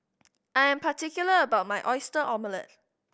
I am particular about my Oyster Omelette